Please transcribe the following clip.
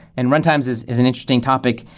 and runtimes is is an interesting topic,